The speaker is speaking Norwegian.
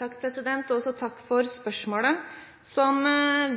Takk for spørsmålet. Som